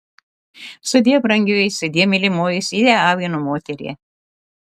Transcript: sudie brangioji sudie mylimoji sudie avino moterie